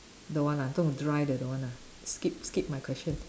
don't want ah too dry then don't want ah skip skip my question